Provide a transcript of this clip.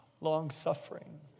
Long-suffering